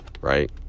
right